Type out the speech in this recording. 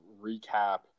recap